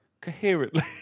Coherently